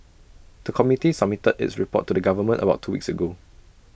the committee submitted its report to the government about two weeks ago